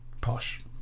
Posh